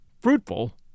fruitful